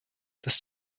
dass